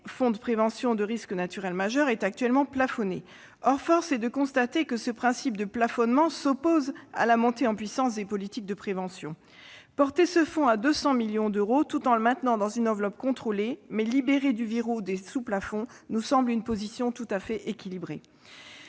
fonds de prévention des risques naturels majeurs, est actuellement plafonné. Or force est de constater que ce principe de plafonnement s'oppose à la montée en puissance des politiques de prévention. Porter ce fond à 200 millions d'euros, tout en le maintenant dans une enveloppe contrôlée, mais libérée du verrou des sous-plafonds, nous semble une position tout à fait équilibrée.